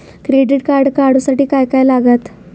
Credit card काढूसाठी काय काय लागत?